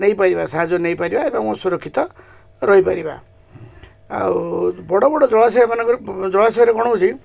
ନେଇପାରିବା ସାହାଯ୍ୟ ନେଇପାରିବା ଏବଂ ସୁରକ୍ଷିତ ରହିପାରିବା ଆଉ ବଡ଼ ବଡ଼ ଜଳାଶୟମାନଙ୍କର ଜଳାଶୟରେ କ'ଣ ହେଉଛି